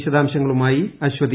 വിശദാംശങ്ങളുമായി അശ്വതി